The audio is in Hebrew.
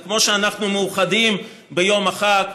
וכמו שאנחנו מאוחדים ביום החג,